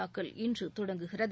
தாக்கல் இன்று தொடங்குகிறது